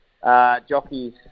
jockeys